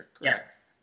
Yes